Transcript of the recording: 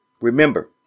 Remember